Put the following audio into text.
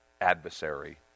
adversary